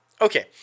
Okay